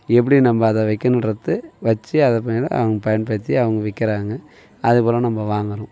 எப்படி நம்ம அதை வைக்கணுன்றது வச்சு அதை மெயினா அவங்க பயன்படுத்தி அவங்க விற்கறாங்க அதுபோல் நம்ம வாங்கிறோம்